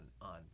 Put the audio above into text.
on